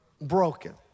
broken